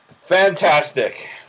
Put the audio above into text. Fantastic